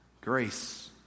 Grace